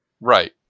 right